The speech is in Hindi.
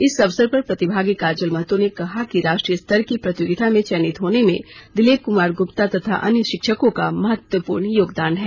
इस अवसर पर प्रतिभागी काजल महतो ने कहा कि राष्ट्रीय स्तर की प्रतियोगिता में चयनित होने में दिलीप कुमार गुप्ता तथा अन्य शिक्षकों का महत्वपूर्ण योगदान है